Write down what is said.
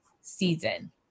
season